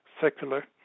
secular